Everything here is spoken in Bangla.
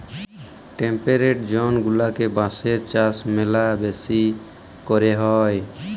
টেম্পেরেট জন গুলাতে বাঁশের চাষ ম্যালা বেশি ক্যরে হ্যয়